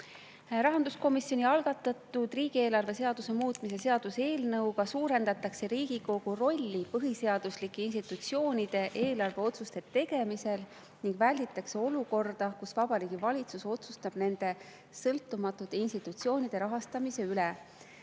mina. Rahanduskomisjoni algatatud riigieelarve seaduse muutmise seaduse eelnõuga suurendatakse Riigikogu rolli põhiseaduslike institutsioonide eelarveotsuste tegemisel ning välditakse olukorda, kus Vabariigi Valitsus otsustab nende sõltumatute institutsioonide rahastamise üle,